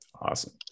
Awesome